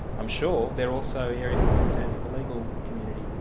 i'm sure, they're also areas of concern to the legal community.